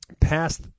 past